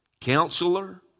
Counselor